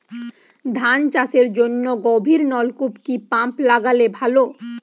ধান চাষের জন্য গভিরনলকুপ কি পাম্প লাগালে ভালো?